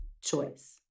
choice